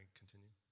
continue